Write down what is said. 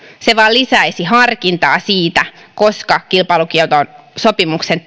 se vain lisäisi harkintaa siitä koska kilpailukieltosopimuksen